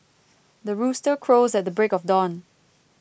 the rooster crows at the break of dawn